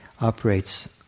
operates